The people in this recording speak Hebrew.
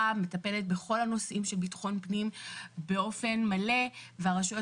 מטפלת בכל הנושאים של ביטחון פנים באופן מלא והרשויות